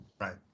Right